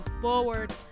forward